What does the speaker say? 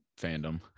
fandom